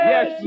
Yes